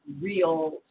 real